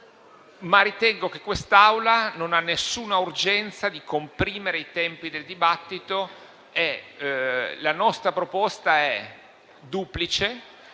ma ritengo che quest'Assemblea non abbia nessuna urgenza di comprimere i tempi del dibattito. La nostra proposta è duplice